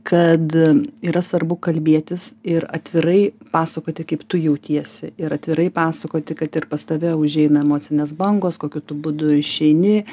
kad yra svarbu kalbėtis ir atvirai pasakoti kaip tu jautiesi ir atvirai pasakoti kad ir pas tave užeina emocinės bangos kokiu tu būdu išeini